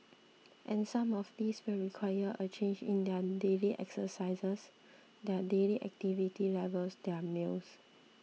and some of these will require a change in their daily exercises their daily activity levels their meals